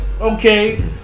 okay